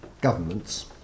governments